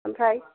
ओमफ्राय